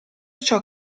ciò